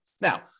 Now